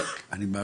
אני שואל בפועל,